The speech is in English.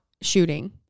shooting